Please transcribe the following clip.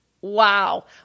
wow